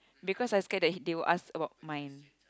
because I scared that they will ask about mine